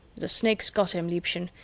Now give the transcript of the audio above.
the snakes got him, liebchen,